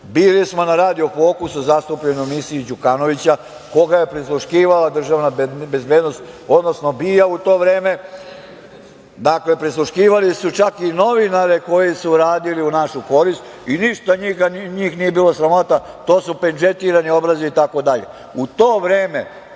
Bili smo na radio „Fokusu“ u zastupljenoj emisiji Đukanovića, koga je prisluškivala državna bezbednost, odnosno BIA u to vreme. Dakle, prisluškivali su čak i novinare koji su radili u našu korist i ništa njih nije bilo sramota, to su pendžetirani obrazi itd. U to vreme